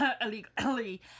illegally